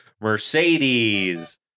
Mercedes